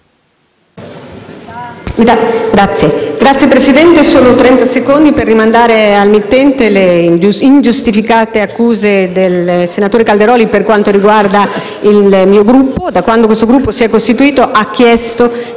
Signor Presidente, intervengo solo per rimandare al mittente le ingiustificate accuse del senatore Calderoli per quanto riguarda il mio Gruppo. Da quando questo Gruppo si è costituito, ha chiesto